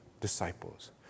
disciples